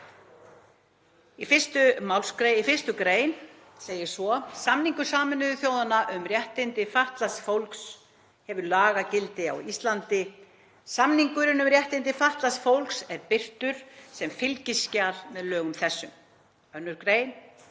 1. mgr. 1. gr. segir svo: „Samningur Sameinuðu þjóðanna um réttindi fatlaðs fólks hefur lagagildi á Íslandi. Samningurinn um réttindi fatlaðs fólks er birtur sem fylgiskjal með lögum þessum.“ 2. gr.: